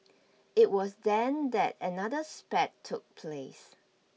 it was then that another spat took place